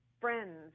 friends